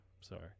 sorry